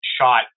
shot